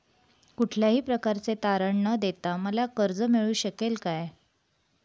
कुठल्याही प्रकारचे तारण न देता मला कर्ज मिळू शकेल काय?